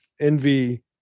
envy